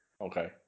Okay